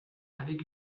avec